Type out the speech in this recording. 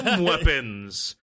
weapons